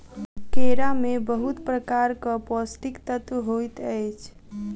केरा में बहुत प्रकारक पौष्टिक तत्व होइत अछि